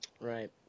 Right